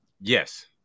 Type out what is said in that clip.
Yes